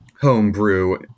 homebrew